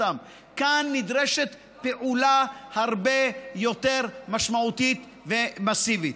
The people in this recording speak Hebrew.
כאן נדרשת פעולה הרבה יותר משמעותית ומסיבית.